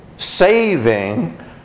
Saving